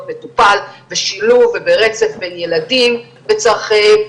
מטופל בשילוב וברצף בין ילדים וצרכיהם,